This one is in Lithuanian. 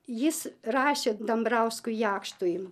jis rašė dambrauskui jakštui